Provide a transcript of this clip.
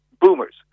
boomers